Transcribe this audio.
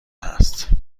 هست